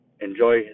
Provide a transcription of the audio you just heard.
Enjoy